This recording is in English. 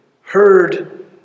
heard